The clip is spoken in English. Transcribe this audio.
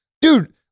Dude